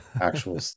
actual